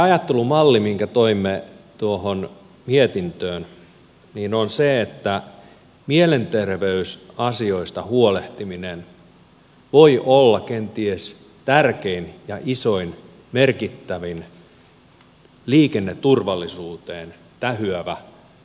ajattelumalli minkä toimme tuohon mietintöön on se että mielenterveysasioista huolehtiminen voi olla kenties tärkein ja isoin merkittävin liikenneturvallisuuteen tähyävä toimenpide